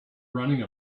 running